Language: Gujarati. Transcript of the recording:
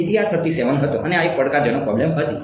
તેથી આ હતો અને આ એક પડકારજનક પ્રોબ્લમ હતી